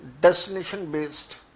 Destination-based